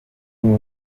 ubu